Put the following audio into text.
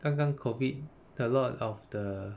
刚刚 COVID a lot of the